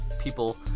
people